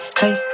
hey